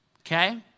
okay